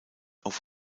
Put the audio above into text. auf